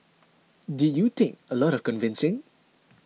did you take a lot of convincing